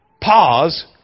pause